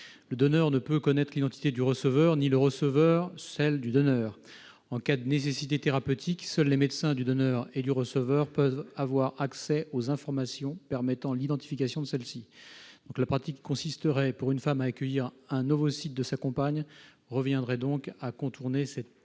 Le donneur ne peut connaître l'identité du receveur ni le receveur celle du donneur. « En cas de nécessité thérapeutique, seuls les médecins du donneur et du receveur peuvent avoir accès aux informations permettant l'identification de ceux-ci. » La pratique qui consisterait pour une femme à accueillir un ovocyte de sa compagne reviendrait donc à contourner cette interdiction.